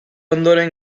ondoren